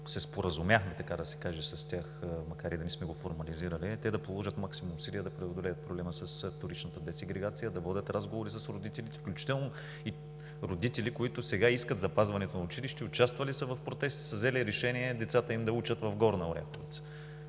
се споразумяхме с тях, макар и да не сме го формализирали, е те да положат максимум усилия да преодолеят проблема с вторичната десегрегация, да водят разговори с родителите. Включително и родители, които сега искат запазването на училище, участвали са в протеста, са взели решение децата им да учат в Горна Оряховица.